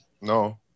No